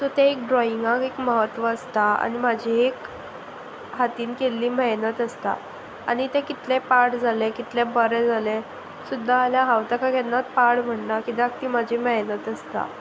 so ते एक ड्रॉइंगाक एक म्हत्व आसता आनी म्हजी एक हातान केल्ली मेहनत आसता आनी तें कितले पाड जालें कितलें बरें जालें सुद्दां जाल्यार हांव तेका केन्नाच पाड म्हणना कित्याक ती म्हजी मेहनत आसता